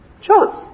Chance